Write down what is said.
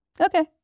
okay